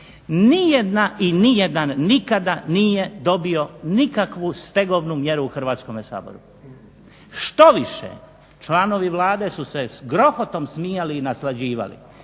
ni jedna i ni jedan nikada nije dobio nikakvu stegovnu mjeru u Hrvatskome saboru. Štoviše članovi Vlade su se grohotom smijali i naslađivali,